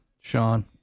sean